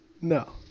No